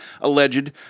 alleged